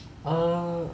err